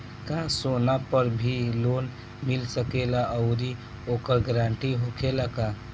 का सोना पर भी लोन मिल सकेला आउरी ओकर गारेंटी होखेला का?